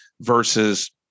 versus